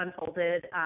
unfolded